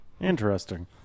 Interesting